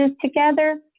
together